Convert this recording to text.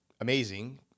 amazing